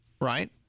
right